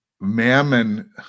mammon